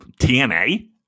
TNA